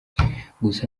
gusa